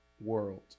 world